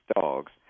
dogs